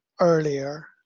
earlier